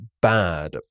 bad